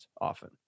often